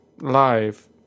live